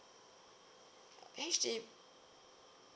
H_D